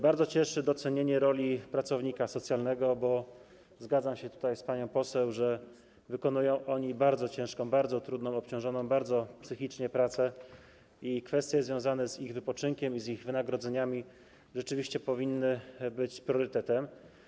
Bardzo cieszy docenienie roli pracowników socjalnych, bo zgadzam się tutaj z panią poseł, że wykonują oni bardzo ciężką, bardzo trudną, bardzo obciążającą psychicznie pracę, i kwestie związane z ich wypoczynkiem i z ich wynagrodzeniami rzeczywiście powinny być priorytetem.